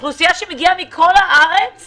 אוכלוסייה שמגיעה מכל הארץ